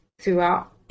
throughout